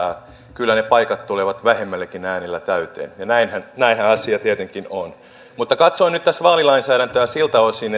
kyllä ne paikat tulevat vähemmilläkin äänillä täyteen näinhän näinhän asia tietenkin on mutta katsoin nyt tässä vaalilainsäädäntöä siltä osin